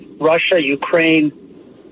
Russia-Ukraine